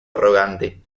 arrogante